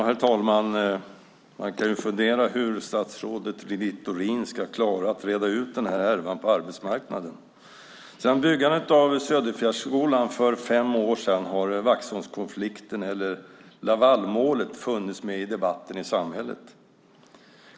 Herr talman! Man kan fundera på hur statsrådet Littorin ska klara att reda ut den här härvan på arbetsmarknaden. Sedan byggandet av Söderfjärdsskolan för fem år sedan har Vaxholmskonflikten eller Lavalmålet funnits med i debatten i samhället.